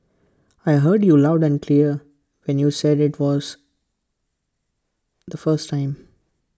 I heard you loud and clear when you said IT was the first time